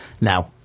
now